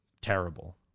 terrible